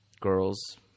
girls